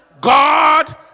God